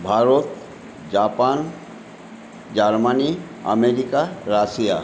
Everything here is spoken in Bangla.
Bharat Japan Germany America Russia